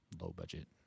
low-budget